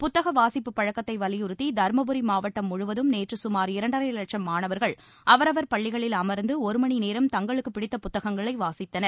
புத்தக வாசிப்புப் பழக்கத்தை வலியுறுத்தி தருமபுரி மாவட்டம் முழுவதும் நேற்று சுமார் இரண்டரை லட்சம் மாணவர்கள் அவரவர் பள்ளிகளில் அர்ந்து ஒரு மணிநேரம் தங்களுக்குப் பிடித்த புத்தகங்களை வாசித்தனர்